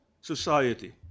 society